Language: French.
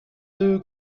deux